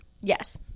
Yes